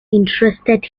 interested